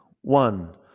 one